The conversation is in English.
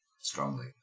Strongly